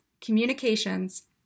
communications